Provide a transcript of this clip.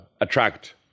attract